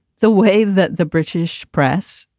the way that the british press,